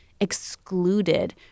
excluded